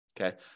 Okay